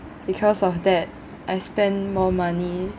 because of that I spend more money